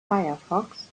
firefox